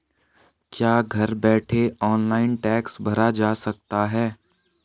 क्या घर बैठे ऑनलाइन टैक्स भरा जा सकता है?